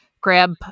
grab